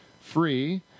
free